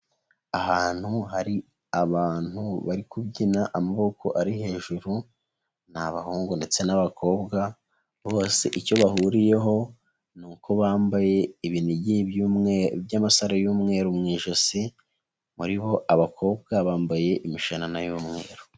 Ahantu hari abantu bari kubyina amaboko ari hejuru, ni abahungu ndetse n'abakobwa, bose icyo bahuriyeho, ni uko bambaye ibinigi by'amasaro y'umweru mu ijosi, muri bo abakobwa bambaye imishanana y'umweru.